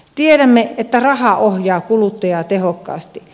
tiedämme että raha ohjaa kuluttajaa tehokkaasti